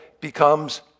becomes